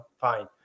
fine